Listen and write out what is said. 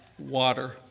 water